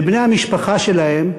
לבני המשפחה שלהם,